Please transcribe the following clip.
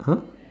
!huh!